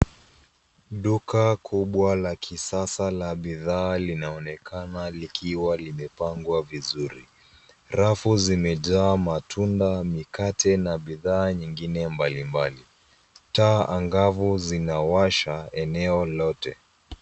Duka kubwa la kisasa la bidhaa linaonekana likiwa limepangwa vizuri. Rafu zimejaa matunda, mikate, na bidhaa nyingine mbalimbali. Taa angavu zinawasha eneo lote.